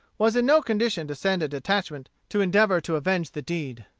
was in no condition to send a detachment to endeavor to avenge the deed.